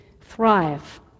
thrive